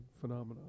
phenomenon